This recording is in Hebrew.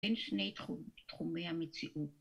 אין שני תחומי המציאות.